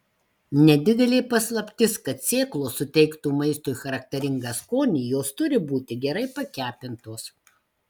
nedidelė paslaptis kad sėklos suteiktų maistui charakteringą skonį jos turi būti gerai pakepintos